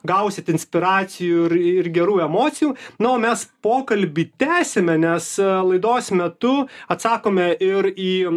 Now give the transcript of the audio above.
gausit inspiracijų ir gerų emocijų na o mes pokalbį tęsiame nes laidos metu atsakome ir į